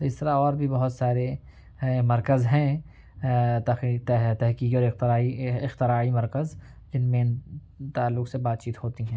اس طرح اور بھی بہت سارے ہیں مرکز ہیں تحقیقی اور اختراعی اختراعی مرکز جن میں ان تعلق سے بات چیت ہوتی ہیں